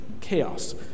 chaos